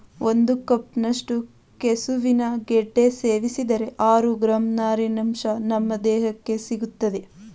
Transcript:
ಒಂದು ಕಪ್ನಷ್ಟು ಕೆಸುವಿನ ಗೆಡ್ಡೆ ಸೇವಿಸಿದರೆ ಆರು ಗ್ರಾಂ ನಾರಿನಂಶ ನಮ್ ದೇಹಕ್ಕೆ ಸಿಗ್ತದೆ